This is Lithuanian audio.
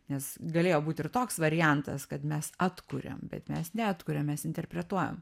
nes galėjo būt ir toks variantas kad mes atkuriam bet mes neatkuriam mes interpretuojam